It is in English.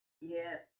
Yes